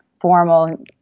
formal